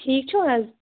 ٹھیٖک چھِو حظ